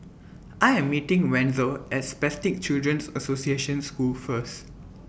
I Am meeting Wenzel At Spastic Children's Association School First